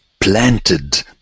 planted